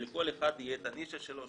שלכל אחד יהיה את הנישה שלו,